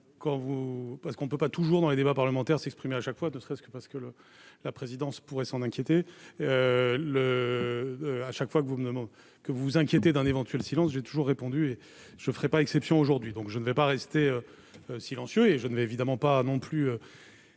parce qu'on ne peut pas toujours dans les débats parlementaires s'exprimer, à chaque fois de serait ce que parce que le la présidence pourrait s'en inquiéter le à chaque fois que vous même que vous inquiéter d'un éventuel silence j'ai toujours répondu et je ferai pas exception aujourd'hui, donc je ne vais pas rester silencieux et je ne vais évidemment pas non plus